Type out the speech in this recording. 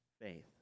faith